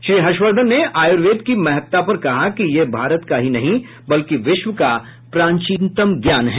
श्री हर्षवर्धन ने आयुर्वेद की महत्ता पर कहा कि यह भारत का ही नहीं बल्कि विश्व का प्राचीनतम ज्ञान है